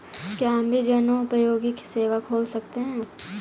क्या हम भी जनोपयोगी सेवा खोल सकते हैं?